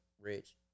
rich